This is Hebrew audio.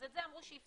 אז את זה אמרו שיפתרו